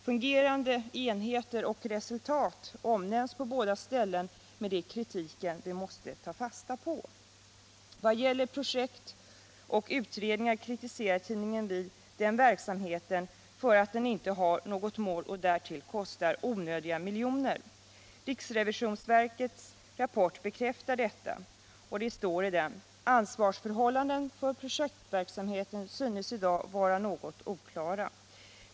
Fungerande enheter och resultat omnämns på båda ställena, men det är kritiken vi måste ta fasta på. Vad gäller projekt och utredningar kritiserar tidningen Vi den verksamheten för att den inte har något mål och därtill kostar onödiga miljoner. Riksrevisionsverkets rapport bekräftar detta. Det står i den: ”Ansvarsförhållandena för projektverksamheten synes i dag vara något oklara.